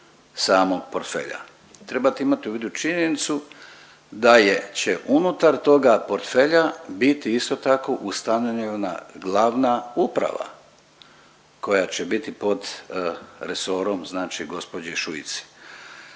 samog portfelja. Trebate imati u vidu činjenicu da je će unutar toga portfelja biti isto tako ustanovljena glavna uprava koja će biti pod resorom znači gospođe Šuice.